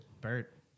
Bert